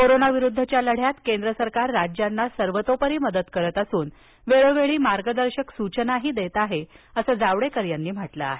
corona विरुद्धच्या लढ्यात केंद्र सरकार राज्यांना सर्वतोपरी मदत करत असून वेळोवेळी मार्गदर्शक सूचनाही देत आहे असं जावडेकर यांनी म्हटलं आहे